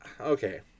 Okay